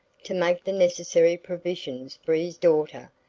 to make the necessary provision for his daughter,